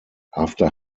after